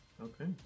Okay